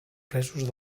presos